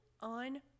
on